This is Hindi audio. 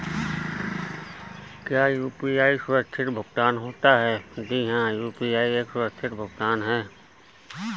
क्या यू.पी.आई सुरक्षित भुगतान होता है?